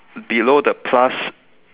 below the plus